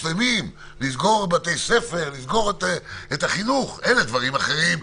סגירת בתי ספר, סגירת החינוך אלה דברים אחרים.